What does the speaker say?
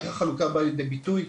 איך החלוקה באה לידי ביטוי.